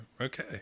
Okay